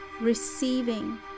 Receiving